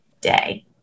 day